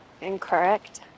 Incorrect